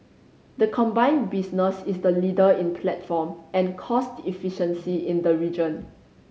the combined business is the leader in platform and cost efficiency in the region